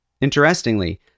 Interestingly